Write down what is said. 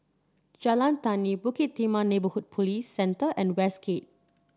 Jalan Tani Bukit Timah Neighbourhood Police Centre and Westgate